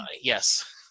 Yes